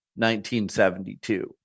1972